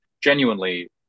genuinely